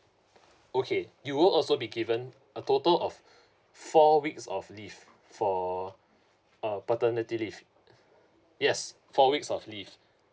okay you will also be given a total of four weeks of leave for uh paternity leave yes four weeks of leaves